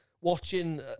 watching